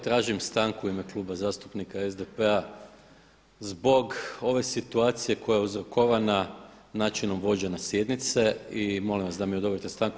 Tražim stanku u ime Kluba zastupnika SDP-a zbog ove situacije koja je uzrokovana načinom vođenja sjednice i molim vas da mi odobrite stanku.